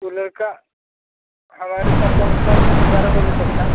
वो लड़का हमारे साथ लम सम ग्यारह बजे तक था